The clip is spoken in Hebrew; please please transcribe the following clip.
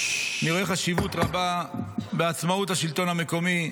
אני רואה חשיבות רבה בעצמאות השלטון המקומי,